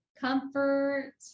comfort